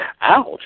Ouch